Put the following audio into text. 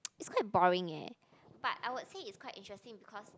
is quite boring eh but I would say is quite interesting because